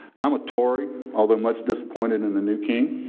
i'm a tory, although much disappointed in the new king.